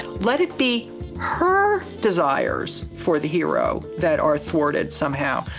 let it be her desires for the hero that are thwarted somehow.